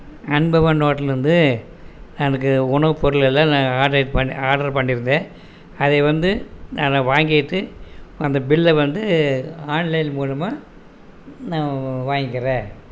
அன்பவன் ஓட்டலருந்து எனக்கு உணவு பொருளெல்லாம் நான் ஆர்ட்ரு பண் ஆர்ட்ரு பண்ணியிருந்தேன் அதை வந்து நான் அதை வாங்கிட்டு அந்த பில்லை வந்து ஆன்லைன் மூலமாக நான் வாங்கிக்கிறேன்